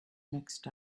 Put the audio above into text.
mixed